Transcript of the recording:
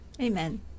Amen